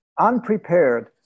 unprepared